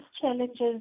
challenges